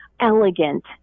elegant